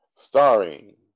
Starring